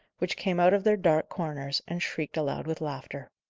which came out of their dark corners, and shrieked aloud with laughter.